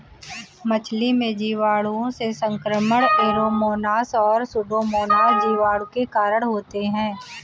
मछली में जीवाणुओं से संक्रमण ऐरोमोनास और सुडोमोनास जीवाणु के कारण होते हैं